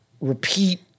repeat